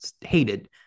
hated